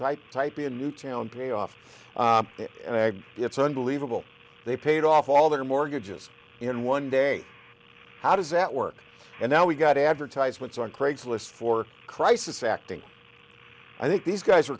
type type be a new town pay off it's unbelievable they paid off all their mortgages in one day how does that work and now we've got advertisements on craigslist for crisis acting i think these guys